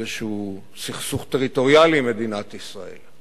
סכסוך טריטוריאלי כלשהו עם מדינת ישראל,